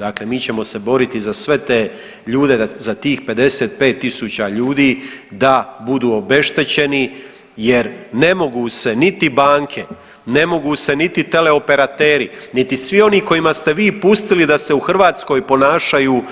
Dakle mi ćemo se boriti za sve te ljude, za tih 55 tisuća ljudi da budu obeštećeni jer ne mogu se niti banke, ne mogu se niti teleoperateri, niti svi oni kojima ste vi pustili da se u Hrvatskoj ponašaju